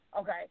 Okay